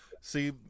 see